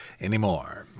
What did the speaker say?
anymore